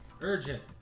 Urgent